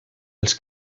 els